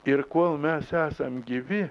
ir kol mes esam gyvi